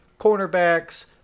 cornerbacks